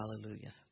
Hallelujah